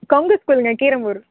கொங்கு ஸ்கூலுங்க கீரமூர்